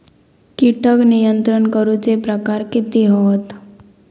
कीटक नियंत्रण करूचे प्रकार कितके हत?